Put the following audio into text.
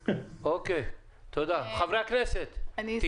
חברי הכנסת, בבקשה.